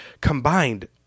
combined